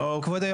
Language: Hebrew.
אוקיי.